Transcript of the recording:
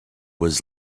was